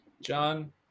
John